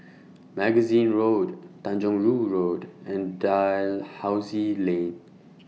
Magazine Road Tanjong Rhu Road and Dalhousie Lane